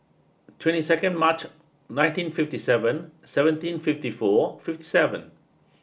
twenty second March nineteen fifty seven seventeen fifty four fifty seven